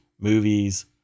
movies